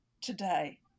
today